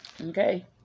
Okay